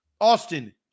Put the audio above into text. Austin